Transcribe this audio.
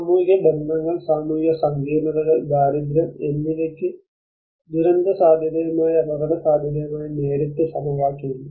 സാമൂഹിക ബന്ധങ്ങൾ സാമൂഹിക സങ്കീർണ്ണതകൾ ദാരിദ്ര്യം എന്നിവയ്ക്ക് ദുരന്തസാധ്യതയുമായും അപകടസാധ്യതയുമായും നേരിട്ട് സമവാക്യം ഉണ്ട്